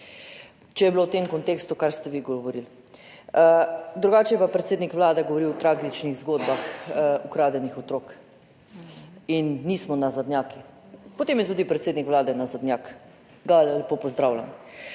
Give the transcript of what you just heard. Če je bilo v tem kontekstu, kar ste vi govorili. Drugače je pa predsednik Vlade govoril o tragičnih zgodbah ukradenih otrok. In nismo nazadnjaki. Potem je tudi predsednik Vlade nazadnjak, ga lepo pozdravljam.